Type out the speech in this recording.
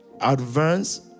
advance